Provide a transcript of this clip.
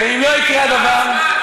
יאללה,